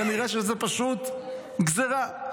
כנראה שזה פשוט גזרה.